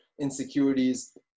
insecurities